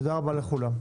תודה רבה לכולם.